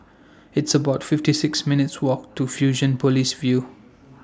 It's about fifty six minutes' Walk to Fusionopolis View